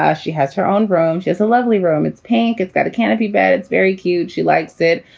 yeah she has her own room. she has a lovely room. it's pink. it's that cannot be bad. it's very cute. she likes it,